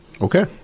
Okay